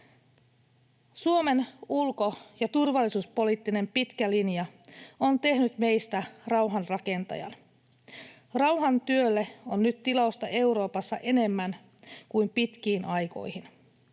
Suomen ulko- ja turvallisuuspoliittinen pitkä linja on tehnyt meistä rauhanrakentajan. Rauhantyölle on nyt tilausta Euroopassa enemmän kuin pitkiin aikoihin.